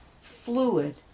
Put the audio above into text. fluid